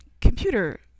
computer